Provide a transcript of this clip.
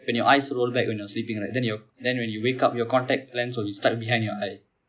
when your eyes roll back when you're sleeping right then you then when you wake up your contact lens will be stuck behind your eye